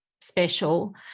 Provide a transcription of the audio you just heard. special